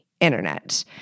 internet